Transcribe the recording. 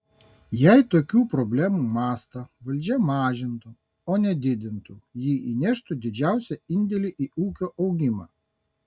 jei tokių problemų mastą valdžia mažintų o ne didintų ji įneštų didžiausią indėlį į ūkio augimą